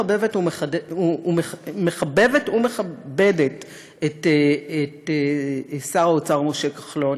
מחבבת ומכבדת את שר האוצר משה כחלון,